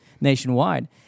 nationwide